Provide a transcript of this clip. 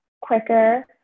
quicker